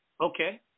Okay